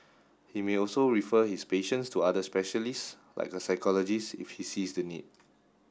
he may also refer his patients to other specialists like a psychologist if he sees the need